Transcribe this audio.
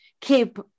keep